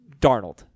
Darnold